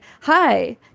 hi